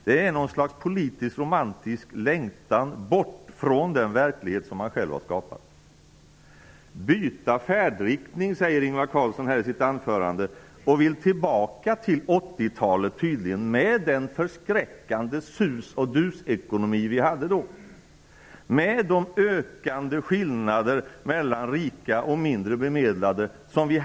Det är något slags politiskt romantisk längtan bort från den verklighet som de själva har skapat. Ingvar Carlsson talade om att byta färdriktning. Han vill tydligen tillbaka till 80-talet med den förskräckande sus och dus-ekonomin som vi hade då med ökande skillnader mellan rika och mindre bemedlade.